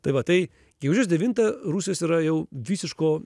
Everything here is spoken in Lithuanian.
tai va tai gegužės devinta rusijos yra jau visiško